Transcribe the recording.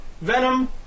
Venom